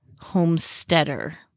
homesteader